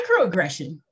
microaggression